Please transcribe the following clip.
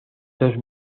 dos